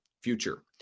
future